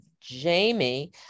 Jamie